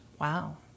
Wow